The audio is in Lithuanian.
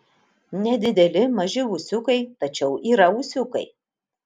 nedideli maži ūsiukai tačiau yra ūsiukai